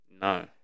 No